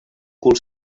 cul